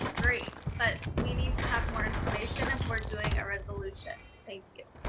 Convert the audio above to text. great, but we need to have more information if we're doing a resolution, thank you.